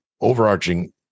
overarching